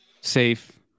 safe